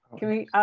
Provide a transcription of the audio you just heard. can we,